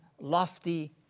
lofty